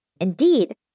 Indeed